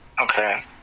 Okay